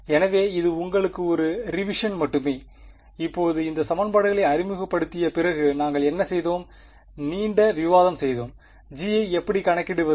எனவே இது உங்களுக்கான ஒரு ரிவிஷன் மட்டுமே இப்போது இந்த சமன்பாடுகளை அறிமுகப்படுத்திய பிறகு நாங்கள் என்ன செய்தோம் நீண்ட விவாதம் செய்தோம் g ஐ எப்படி கணக்கிடுவது